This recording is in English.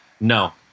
No